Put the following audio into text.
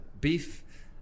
beef